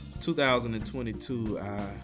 2022